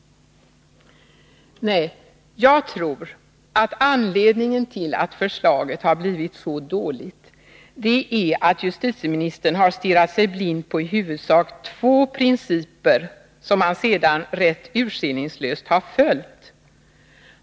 Nej, jag tror att anledningen till att förslaget blivit så dåligt är att justitieministern stirrat sig blind på i huvudsak två principer som han sedan rätt urskillningslöst följt.